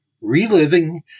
Reliving